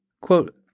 quote –